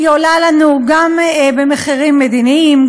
עולה לנו גם במחירים מדיניים,